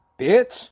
bitch